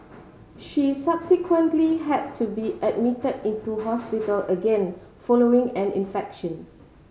she subsequently had to be admitted into hospital again following an infection